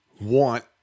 want